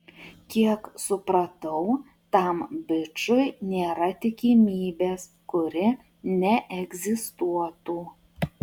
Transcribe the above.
kiek supratau tam bičui nėra tikimybės kuri neegzistuotų